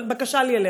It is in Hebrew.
אבל בקשה לי אליך: